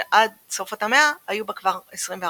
שעד סוף אותה מאה היו בה כבר 24 מבדוקים.